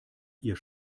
ihr